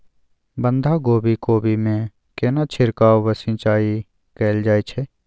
बंधागोभी कोबी मे केना छिरकाव व सिंचाई कैल जाय छै?